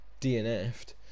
DNF'd